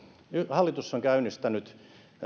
hallitus on käynnistänyt